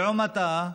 לעומתה,